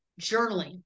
journaling